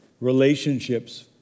relationships